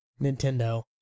Nintendo